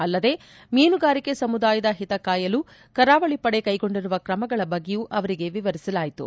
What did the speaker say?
ಅಲ್ಲದೇ ಮೀನುಗಾರಿಕೆ ಸಮುದಾಯದ ಹಿತ ಕಾಯಲು ಕರಾವಳಿ ಪಡೆ ಕೈಗೊಂಡಿರುವ ಕ್ರಮಗಳ ಬಗ್ಗೆಯೂ ಅವರಿಗೆ ವಿವರಿಸಲಾಯಿತು